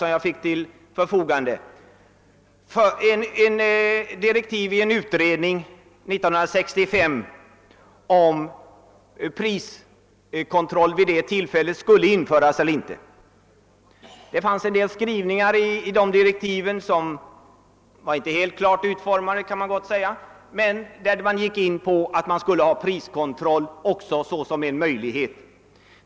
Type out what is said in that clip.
Den skulle avse frågan, om priskontroll skulle införas eller inte år 1965. En del skrivningar i dessa direktiv var inte helt klart utformade, men i dem angavs som en möjlighet att även priskontroll skulle kunna införas.